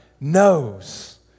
knows